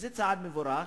זה צעד מבורך,